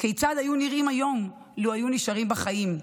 כיצד היו נראים היום, לו נשארו בחיים?